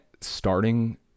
Starting